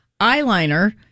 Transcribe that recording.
eyeliner